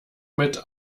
mit